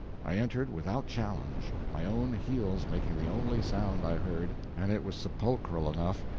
i entered without challenge, my own heels making the only sound i heard and it was sepulchral enough,